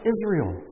Israel